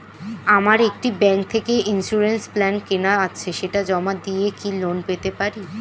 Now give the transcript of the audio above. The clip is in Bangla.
আমার একটি ব্যাংক থেকে ইন্সুরেন্স প্ল্যান কেনা আছে সেটা জমা দিয়ে কি লোন পেতে পারি?